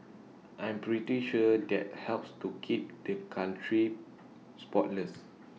I'm pretty sure that helps to keep the country spotless